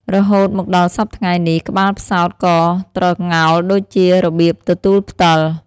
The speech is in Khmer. រហូតមកដល់សព្វថ្ងៃនេះ ក្បាលផ្សោតក៏ត្រងោលដូចជារបៀបទទូរផ្ដិល។